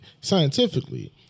scientifically